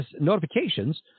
notifications